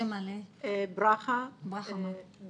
ברכה בת